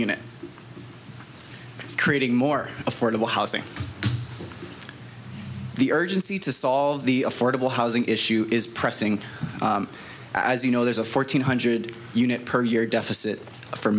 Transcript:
unit creating more affordable housing the urgency to solve the affordable housing issue is pressing as you know there's a fourteen hundred unit per year deficit for